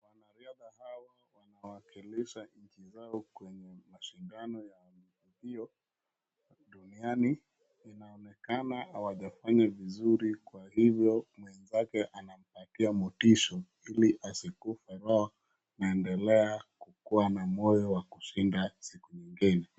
Wanariadha hawa wanawakilisha nchi zao kwenye mashindano ya marathio .Duniani inaonekana hawajafanya vizuri kwa hivyo mwezake anampatia mtisho ili asikufe roho anaendelea kukuwa na moyo wa kushinda siku nyingine.